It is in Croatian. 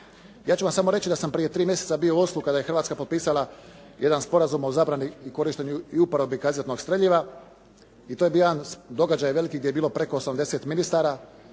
Ja ću vam samo reći da sam prije tri mjeseca bio u Oslu kada je Hrvatska potpisala jedan Sporazum o zabrani i korištenju i uporabi kazetnog streljiva i to je bio jedan događaj veliki gdje je bilo preko 80 ministara,